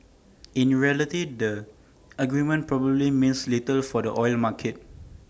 in reality the agreement probably means little for the oil market